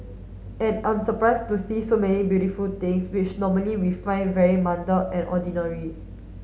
and I'm surprised to see so many beautiful things which normally we find very mundane and ordinary